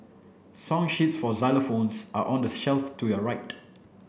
song sheets for xylophones are on the shelf to your right